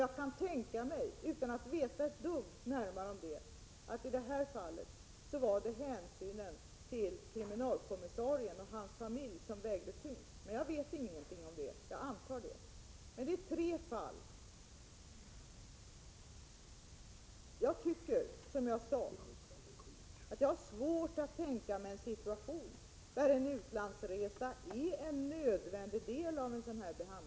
Utan att veta ett dugg om den saken kan jag tänka mig att det i det här fallet var hänsynen till kriminalkommissarien och hans familj som vägde tyngst — men det är som sagt bara vad jag antar. Jag upprepar att jag har svårt att tänka mig en situation där en utlandsresa är en nödvändig del av en behandlingsplan.